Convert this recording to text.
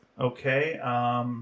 Okay